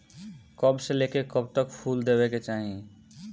कब से लेके कब तक फुल देवे के चाही?